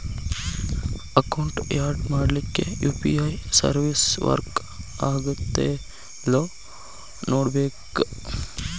account add ಮಾಡ್ಲಿಕ್ಕೆ UPI service work ಆಗತ್ತೇಲ್ಲೋ ನೋಡ್ಕೋಬೇಕ್